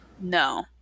no